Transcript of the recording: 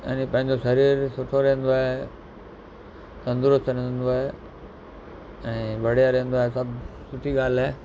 अने पंहिंजो शरीरु सुठो रहंदो आहे तंदुरुस्त रहंदो आहे ऐं बढ़िया रहंदो आहे सभु सुठी ॻाल्हि आहे